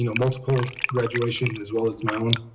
you know multiple educations as well as my own.